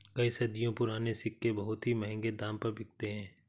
कई सदियों पुराने सिक्के बहुत ही महंगे दाम पर बिकते है